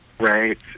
Right